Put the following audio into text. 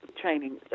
training